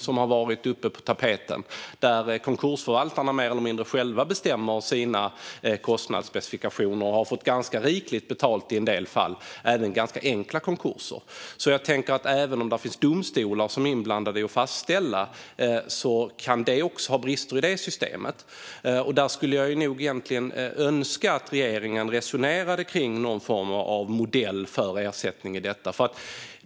Konkursförvaltarna bestämmer mer eller mindre själva sina kostnadsspecifikationer och har i en del fall fått ganska rikligt betalt även för ganska enkla konkurser. Även om det finns domstolar som är inblandade i att fastställa detta kan det alltså finnas brister i systemet, och jag skulle egentligen önska att regeringen resonerade kring någon form av modell för ersättning i detta.